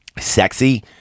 sexy